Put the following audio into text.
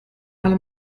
alle